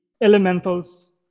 elementals